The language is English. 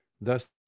Thus